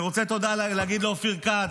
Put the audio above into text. אני רוצה להגיד תודה לאופיר כץ,